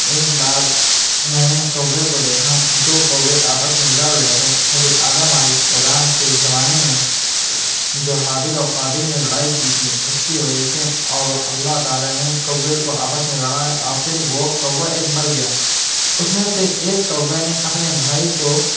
ایک بار میں نے کوے کو دیکھا دو کوے آپس میں لڑ رہے تھے حضرت آدم علیہ السلام کے زمانے میں جو ہابیل اور قابیل نے لڑائی کی تھی اس کی وجہ سے اور اللہ تعالیٰ نے کوے کو آپس میں لڑایا اور پھر وہ کوا ایک مر گیا اس میں سے ایک کوے نے اپنے بھائی کو